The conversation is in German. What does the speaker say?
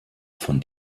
von